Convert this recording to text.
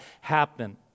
happen